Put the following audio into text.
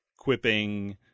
quipping